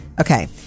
Okay